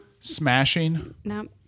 smashing